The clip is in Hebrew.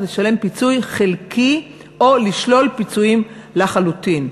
לשלם פיצוי חלקי או לשלול פיצויים לחלוטין,